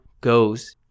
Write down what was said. goes